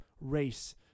race